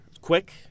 quick